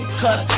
cut